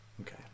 Okay